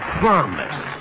promise